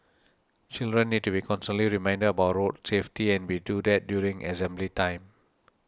children need to be constantly reminded about road safety and we do that during assembly time